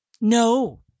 No